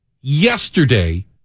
yesterday